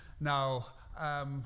Now